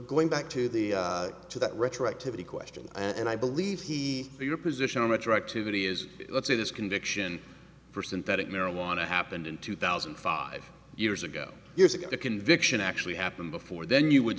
going back to the to that retroactivity question and i believe he your position on retroactivity is let's say this conviction for synthetic marijuana happened in two thousand and five years ago years ago the conviction actually happened before then you would